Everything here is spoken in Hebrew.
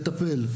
לטפל,